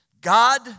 God